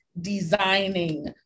designing